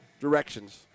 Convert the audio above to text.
directions